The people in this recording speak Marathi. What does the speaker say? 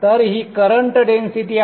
तर ही करंट डेन्सिटी आहे